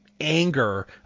anger